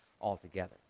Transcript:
altogether